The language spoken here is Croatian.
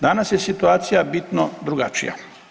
Danas je situacija bitno drugačija.